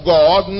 God